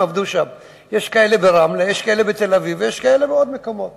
יש כאלה ברמלה, יש כאלה בתל-אביב ויש בעוד מקומות.